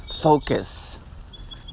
focus